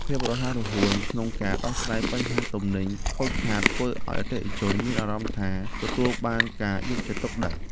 ភាពរហ័សរហួនក្នុងការដោះស្រាយបញ្ហាទំនិញខូចខាតធ្វើឱ្យអតិថិជនមានអារម្មណ៍ថាទទួលបានការយកចិត្តទុកដាក់។